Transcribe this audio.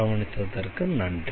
கவனித்ததற்கு நன்றி